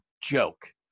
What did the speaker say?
joke